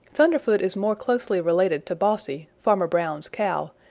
thunderfoot is more closely related to bossy, farmer brown's cow,